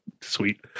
Sweet